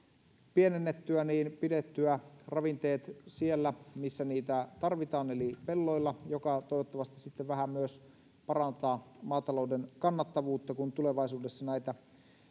pienennettyä niin pidettyä ravinteet siellä missä niitä tarvitaan eli pelloilla mikä toivottavasti sitten vähän myös parantaa maatalouden kannattavuutta kun tulevaisuudessa näitä